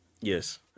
Yes